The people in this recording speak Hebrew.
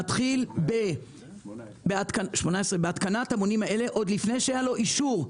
להתחיל בהתקנת המונים האלה עוד לפני שהיה לו אישור,